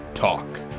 talk